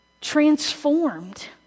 Transformed